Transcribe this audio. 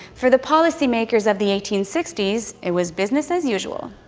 for the policy makers of the eighteen sixty s, it was business as usual.